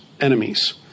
enemies